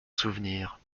souvenir